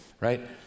right